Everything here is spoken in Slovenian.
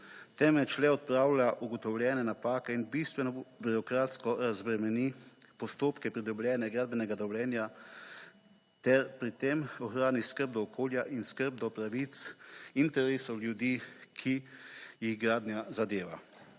temveč le odpravlja ugotovljene napake in bistveno birokratsko razbremeni postopke pridobljenega(?) gradbenega dovoljenja, ter pri tem ohrani skrb do okolja in skrb do pravic, interesov ljudi, ki jih gradnja zadeva.